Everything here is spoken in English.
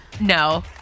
No